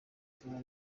kumwe